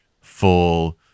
full